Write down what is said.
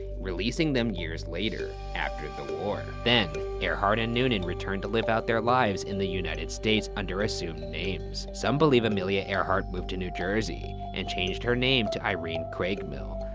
releasing them years later after the war. then earhart and noonan returned to live out their lives in the united states under assumed names. some believe amelia earhart moved to new jersey and changed her name to irene craigmile,